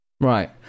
Right